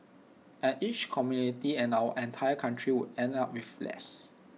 and each community and our entire country would end up with less